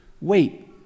wait